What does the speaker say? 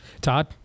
Todd